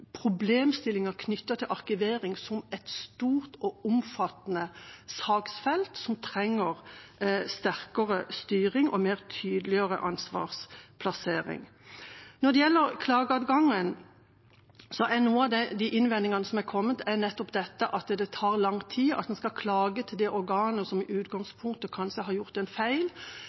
til arkivering som et stort og omfattende saksfelt, som trenger sterkere styring og tydeligere ansvarsplassering. Når det gjelder klageadgangen: Noen av de innvendingene som er kommet, er nettopp at det tar lang tid, og at en skal klage til det organet som i utgangspunktet kanskje har gjort en feil.